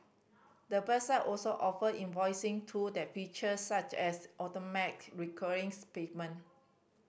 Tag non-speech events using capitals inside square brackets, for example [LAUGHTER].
the website also offer invoicing tool and feature such as automated recurring [UNINTELLIGIBLE] payment